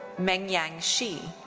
mengyang shi.